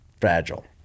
fragile